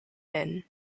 inn